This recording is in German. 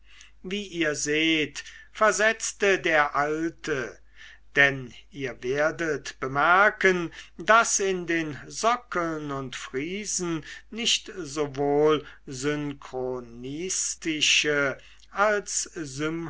wie ihr seht versetzte der alte denn ihr werdet bemerken daß in den sockeln und friesen nicht sowohl synchronistische als